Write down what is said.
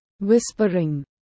Whispering